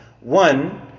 One